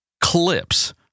clips